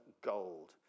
gold